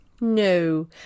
No